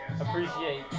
Appreciate